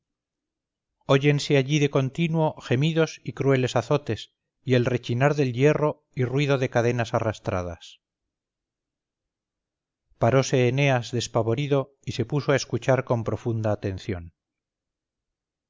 y noche óyense allí de continuo gemidos y crueles azotes y el rechinar del hierro y ruido de cadenas arrastradas parose eneas despavorido y se puso a escuchar con profunda atención